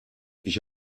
ich